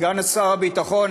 סגן שר הביטחון,